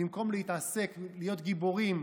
במקום להתעסק בלהיות גיבורים,